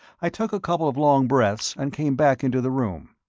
i took a couple of long breaths and came back into the room.